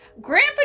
Grandpa